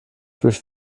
durch